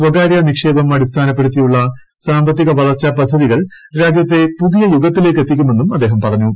സ്വകാര്യ നിക്ഷേപം അടിസ്ഥാനപ്പെടുത്തിയുള്ള സാമ്പത്തിക വളർച്ചാ പദ്ധതികൾ രാജ്യത്തെ പുതിയ യുഗത്തിലേക്ക് എത്തിക്കുമെന്നും അദ്ദേഹം പറഞ്ഞു